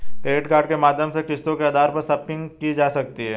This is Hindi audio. क्रेडिट कार्ड के माध्यम से किस्तों के आधार पर शापिंग की जा सकती है